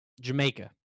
Jamaica